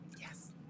Yes